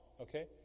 Okay